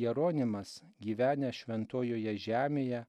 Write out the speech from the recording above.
jeronimas gyvenęs šventojoje žemėje